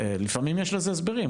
לפעמים יש לזה הסברים,